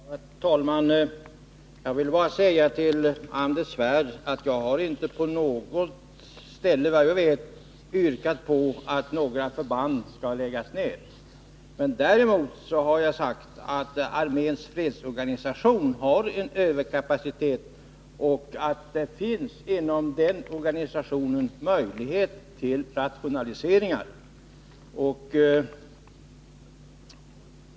Herr talman! Jag vill bara säga till Anders Svärd att jag inte på något ställe, efter vad jag vet, har yrkat på att några förband skall läggas ner. Däremot har jag sagt att arméns fredsorganisation har en överkapacitet och att det inom organisationen finns möjlighet till rationaliseringar.